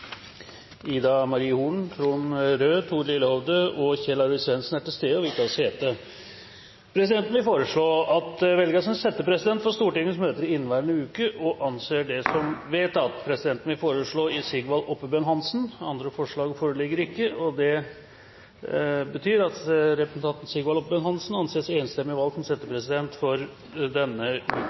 Ida Marie Holen, Trond Røed, Thor Lillehovde og Kjell Arvid Svendsen er til stede og vil ta sete. Presidenten vil foreslå at det velges en settepresident for Stortingets møter i inneværende uke – og anser det som vedtatt. Presidenten vil foreslå Sigvald Oppebøen Hansen. – Andre forslag foreligger ikke, og Sigvald Oppebøen Hansen anses enstemmig valgt som settepresident for denne